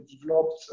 developed